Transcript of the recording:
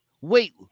Wait